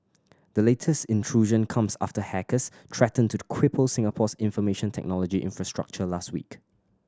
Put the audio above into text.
the latest intrusion comes after hackers threatened to the cripple Singapore's information technology infrastructure last week